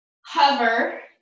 Hover